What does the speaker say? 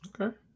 Okay